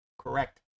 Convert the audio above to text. correct